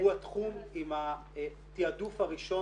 ד"ר מג'יד,